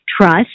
trust